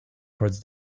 toward